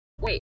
Wait